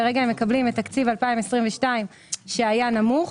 כרגע הם מקבלים את תקציב 2022 שהיה נמוך,